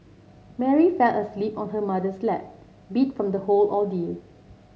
Mary fell asleep on her mother's lap beat from the whole ordeal